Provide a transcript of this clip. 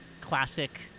classic